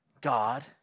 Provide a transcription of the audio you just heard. God